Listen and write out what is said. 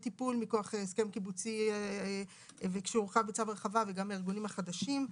טיפול מכוח הסכם קיבוצי ושהורחב בצו הרחבה וגם הארגונים החדשים.